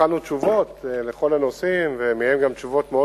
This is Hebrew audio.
75% מתאונות הדרכים שנחקרו התרחשו בדרכים עירוניות.